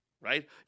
right